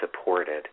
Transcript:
supported